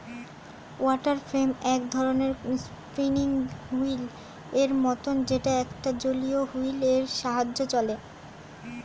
water frame এক ধরণের spinning wheel এর মতন যেটা একটা জলীয় হুইল এর সাহায্যে চলে